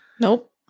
Nope